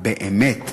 באמת,